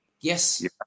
Yes